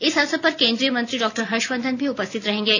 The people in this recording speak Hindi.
इस अवसर पर केन्द्रीय मंत्री डॉक्टर हर्षवर्धन भी उपस्थित रहेंगे